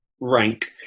rank